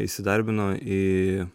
įsidarbino į